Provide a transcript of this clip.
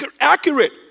accurate